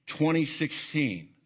2016